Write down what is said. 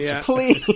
please